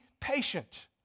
patient